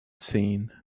seen